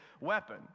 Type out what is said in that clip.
weapon